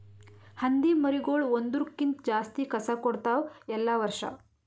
ಹಂದಿ ಮರಿಗೊಳ್ ಒಂದುರ್ ಕ್ಕಿಂತ ಜಾಸ್ತಿ ಕಸ ಕೊಡ್ತಾವ್ ಎಲ್ಲಾ ವರ್ಷ